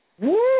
Woo